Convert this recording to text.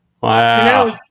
Wow